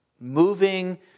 moving